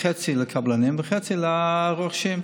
חצי לקבלנים וחצי לרוכשים.